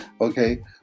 Okay